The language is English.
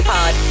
Pod